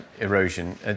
erosion